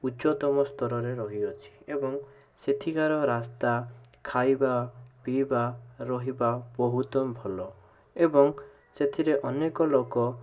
ଉଚ୍ଚତମ ସ୍ତରରେ ରହିଅଛି ଏବଂ ସେଠିକାର ରାସ୍ତା ଖାଇବା ପିଇବା ରହିବା ବହୁତ ଭଲ ଏବଂ ସେଥିରେ ଅନେକ ଲୋକ